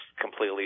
completely